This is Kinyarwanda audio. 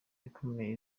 ikomeye